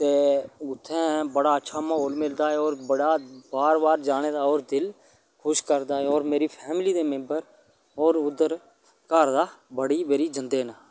ते उ'त्थें बड़ा अच्छा म्हौल मिलदा ऐ होर बड़ा बार बार जाने दा होर दिल खुश करदा ऐ होर मेरी फैमली दे मेंबर होर उद्धर घर दा बड़े बारी जंदे न